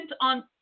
on